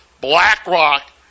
BlackRock